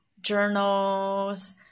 journals